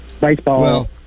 baseball